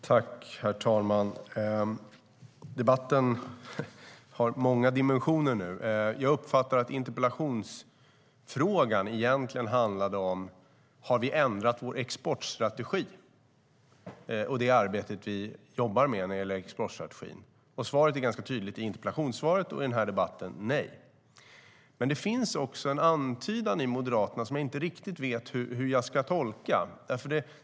Herr talman! Debatten har många dimensioner nu. Jag uppfattar att interpellationen egentligen handlade om ifall vi har ändrat vår exportstrategi och hur vi jobbar med exportstrategin. Interpellationssvaret är tydligt, och svaret i den här debatten likaså: Nej. Men det finns också en antydan hos Moderaterna som jag inte riktigt vet hur jag ska tolka.